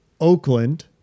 Oakland